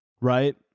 Right